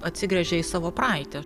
atsigręžia į savo praeitį